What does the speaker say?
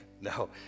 No